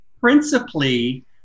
principally